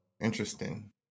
Interesting